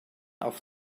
auf